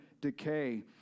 decay